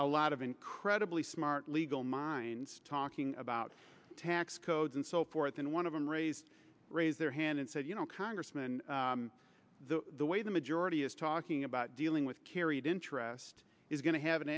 a lot of incredibly smart legal minds talking about tax codes and so forth and one of them raised raised their hand and said you know congressman the way the majority is talking about dealing with carried interest is going to have an